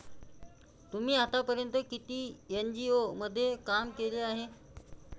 तुम्ही आतापर्यंत किती एन.जी.ओ मध्ये काम केले आहे?